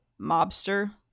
mobster